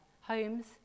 homes